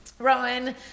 Rowan